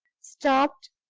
stopped,